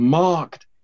marked